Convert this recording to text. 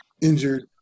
injured